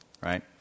right